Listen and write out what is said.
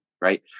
right